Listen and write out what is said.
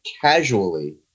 casually